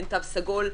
אין תו סגול,